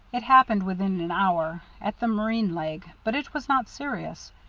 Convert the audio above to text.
it happened within an hour, at the marine leg, but it was not serious.